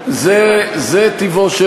תסביר לי.